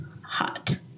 hot